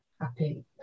happy